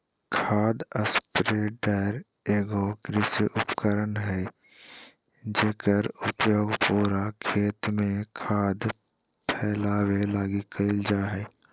खाद स्प्रेडर एगो कृषि उपकरण हइ जेकर उपयोग पूरा खेत में खाद फैलावे लगी कईल जा हइ